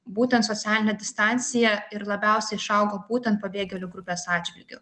būtent socialinė distancija ir labiausiai išaugo būtent pabėgėlių grupės atžvilgiu